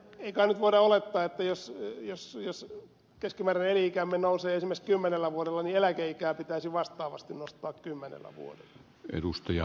ei kai nyt voida olettaa että jos keskimääräinen elinikämme nousee esimerkiksi kymmenellä vuodelle niin eläkeikää pitäisi vastaavasti nostaa kymmenellä vuodella